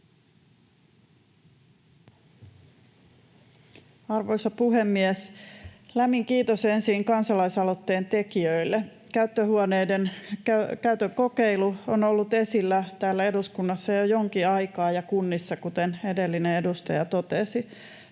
Arvoisa puhemies! Lämmin kiitos ensin kansalaisaloitteen tekijöille. Käyttöhuoneiden käytön kokeilu on ollut esillä jo jonkin aikaa täällä eduskunnassa ja kunnissa, kuten edellinen edustaja totesi,